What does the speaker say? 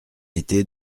était